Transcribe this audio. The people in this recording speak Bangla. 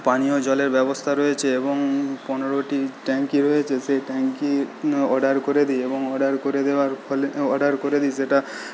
পানীয় জলের ব্যবস্থা রয়েছে এবং পনেরোটি ট্যাঙ্কি রয়েছে সেই ট্যাঙ্কির অর্ডার করে দিই এবং অর্ডার করে দেওয়ার ফলে তো অর্ডার করে দিই সেটা